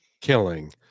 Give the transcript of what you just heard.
killing